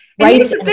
rights